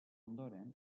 ondoren